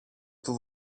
του